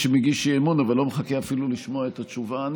היידוע ייעשה באמצעות הצבת שלט בשפות עברית,